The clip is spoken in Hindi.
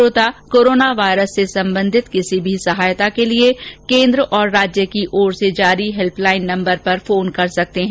श्रोता कोरोना वायरस से संबंधित किसी भी सहायता के लिए केन्द्र और राज्य की ओर से जारी हेल्प लाइन नम्बर पर फोन कर सकते हैं